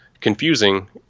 confusing